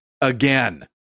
again